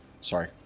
Sorry